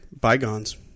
bygones